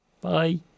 Bye